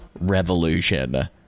revolution